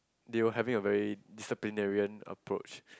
they were having a very disciplinarian approach